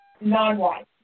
non-white